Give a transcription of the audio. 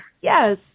Yes